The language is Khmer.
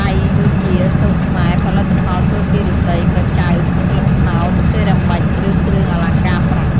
ដៃដូចជា សូត្រខ្មែរ ផលិតផលធ្វើពីឫស្សី ក្រចៅ ស្លឹកត្នោត សេរ៉ាមិច ឬ គ្រឿងអលង្ការប្រាក់។